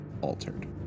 altered